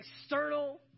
external